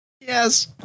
Yes